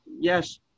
yes